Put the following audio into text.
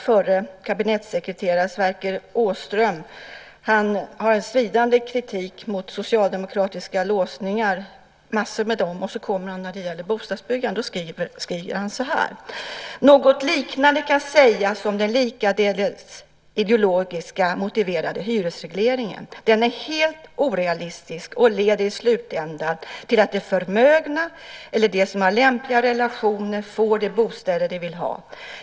Förre kabinettssekreteraren Sverker Åström riktar en svidande kritik mot mängder av socialdemokratiska låsningar, och när han kommer till bostadsbyggandet skriver han så här: "Något liknande kan sägas om den likaledes ideologiskt motiverade hyresregleringen. Den är helt orealistisk och leder i slutändan till att de förmögna, eller de som har lämpliga relationer, får de bostäder de vill ha.